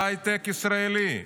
הוא הייטק ישראלי.